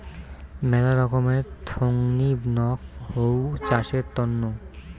মেলা রকমের থোঙনি নক হউ চাষের তন্ন